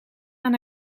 aan